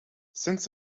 since